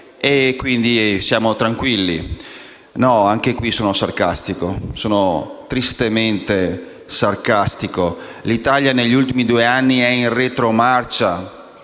e, quindi, siamo tranquilli (anche qui sono tristemente sarcastico). L'Italia negli ultimi due anni è in retromarcia.